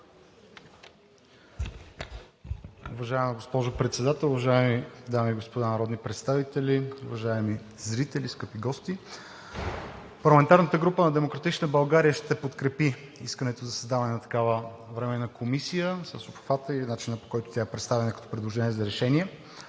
Уважаема госпожо Председател, уважаеми дами и господа народни представители, уважаеми зрители, скъпи гости? Парламентарната група на „Демократична България“ ще подкрепи искането за създаване на такава временна комисия с обхвата и начина, по който тя е представена като предложение за решение.